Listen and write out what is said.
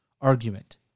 argument